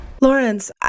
Lawrence